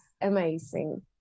amazing